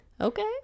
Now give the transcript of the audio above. okay